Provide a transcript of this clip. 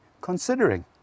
considering